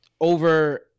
over